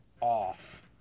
off